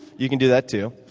you can do that, too.